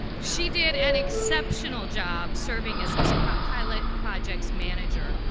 she did an exceptional job serving as this pilot pilot project's manager.